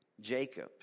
Jacob